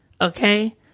okay